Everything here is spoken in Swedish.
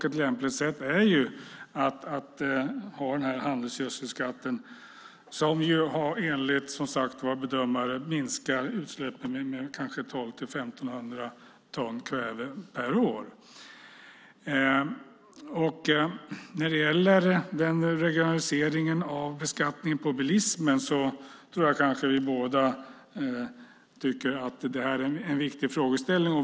Ett lämpligt sätt är då att ha handelsgödselskatt, som ju enligt bedömare minskar utsläppen med 1 200-1 500 ton kväve per år. Regionaliseringen av beskattningen av bilismen tycker vi kanske båda är en viktig frågeställning.